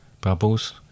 Bubbles